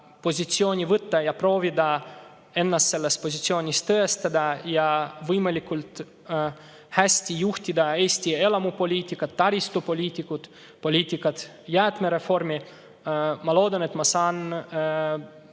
positsioon võtta ja proovida ennast selles positsioonis tõestada ja võimalikult hästi juhtida Eesti elamupoliitikat, taristupoliitikat ja jäätmereformi – ma loodan, et ma saan